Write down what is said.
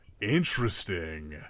Interesting